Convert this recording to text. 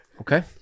okay